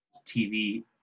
tv